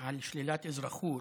על שלילת אזרחות,